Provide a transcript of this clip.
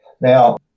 Now